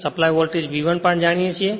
supply voltage V1 પણ જાણીએ છીએ